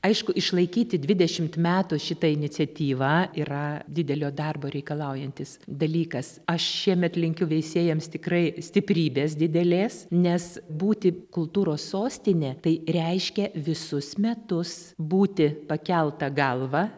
aišku išlaikyti dvidešimt metų šitą iniciatyvą yra didelio darbo reikalaujantis dalykas aš šiemet linkiu veisiejams tikrai stiprybės didelės nes būti kultūros sostine tai reiškia visus metus būti pakelta galva